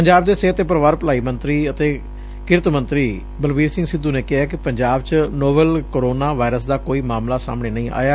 ਪੰਜਾਬ ਦੇ ਸਿਹਤ ਤੇ ਪਰਿਵਾਰ ਭਲਾਈ ਅਤੇ ਕਿਰਤ ਮੰਤਰੀ ਬਲਬੀਰ ਸਿੰਘ ਸਿੱਧੁ ਨੇ ਕਿਹੈ ਕਿ ਪੰਜਾਬ ਚ ਕੋਰੋਨਾ ਵਾਇਰਸ ਦਾ ਕੋਈ ਮਾਮਲਾ ਸਾਹਮਣੇ ਨਹੀ ਆਇਆ